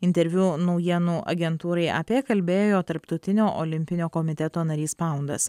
interviu naujienų agentūrai ap kalbėjo tarptautinio olimpinio komiteto narys paundas